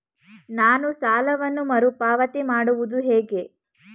ನಾನು ಸಾಲವನ್ನು ಮರುಪಾವತಿ ಮಾಡುವುದು ಹೇಗೆ?